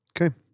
Okay